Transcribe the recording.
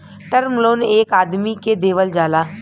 term loan एक आदमी के देवल जाला